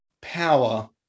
power